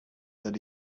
that